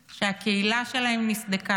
אלה שהקהילה שלהם נסדקה,